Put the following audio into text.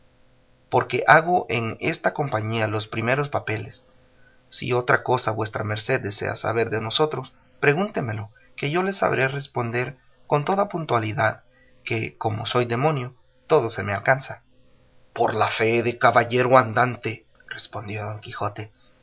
porque hago en esta compañía los primeros papeles si otra cosa vuestra merced desea saber de nosotros pregúntemelo que yo le sabré responder con toda puntualidad que como soy demonio todo se me alcanza por la fe de caballero andante respondió don quijote